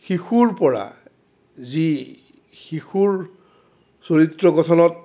শিশুৰ পৰা যি শিশুৰ চৰিত্ৰ গঠনত